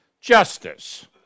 justice